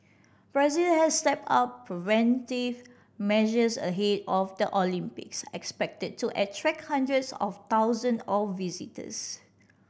Brazil has stepped up preventive measures ahead of the Olympics expected to attract hundreds of thousand of visitors